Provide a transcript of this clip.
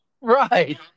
Right